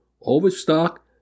Overstock